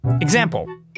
Example